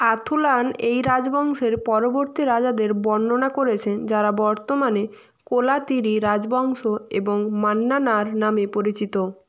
আথুলান এই রাজবংশের পরবর্তী রাজাদের বর্ণনা করেছেন যারা বর্তমানে কোলাতিরি রাজবংশ এবং মান্নানার নামে পরিচিত